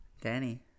Danny